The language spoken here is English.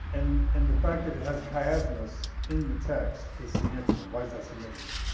and and the fact that it has chiasmus in the text is significant. why is that significant?